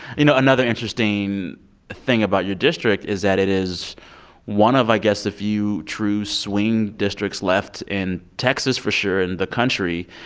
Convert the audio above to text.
you know, another interesting thing about your district is that it is one of i guess a few true swing districts left in texas, for sure, in the country.